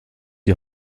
die